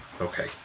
okay